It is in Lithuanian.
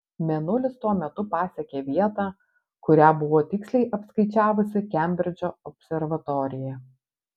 mėnulis tuo metu pasiekė vietą kurią buvo tiksliai apskaičiavusi kembridžo observatorija